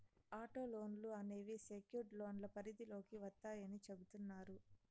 auto లోన్లు అనేవి secured లోన్ల పరిధిలోకి వత్తాయని చెబుతున్నారు